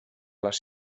les